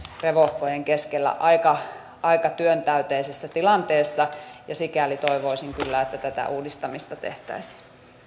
revohkojen keskellä aika aika työntäyteisessä tilanteessa sikäli toivoisin kyllä että tätä uudistamista tehtäisiin